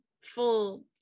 full